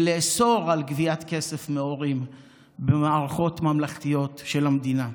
ונאסור גביית כסף מהורים במערכות ממלכתיות של המדינה.